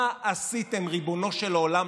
מה עשיתם לציבור, ריבונו של עולם?